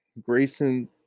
Grayson